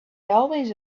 always